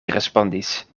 respondis